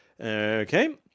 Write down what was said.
Okay